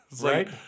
Right